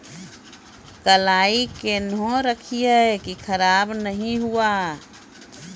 कलाई केहनो रखिए की खराब नहीं हुआ?